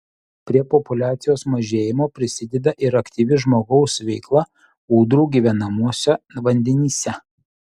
prie populiacijos mažėjimo prisideda ir aktyvi žmogaus veikla ūdrų gyvenamuose vandenyse